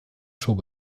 show